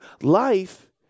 life